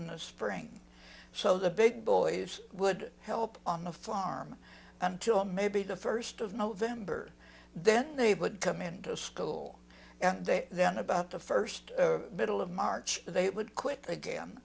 the spring so the big boys would help on the farm until maybe the first of november then they would come into school and then about the first middle of march they would quit again